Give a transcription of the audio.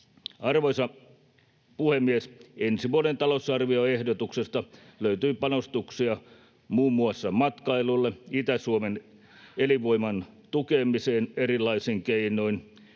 Arvoisa puhemies! Ensi vuoden talousarvioehdotuksesta löytyy panostuksia muun muassa matkailuun ja Itä-Suomen elinvoiman tukemiseen erilaisin keinoin.